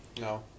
no